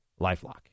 LifeLock